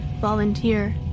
volunteer